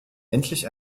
endlich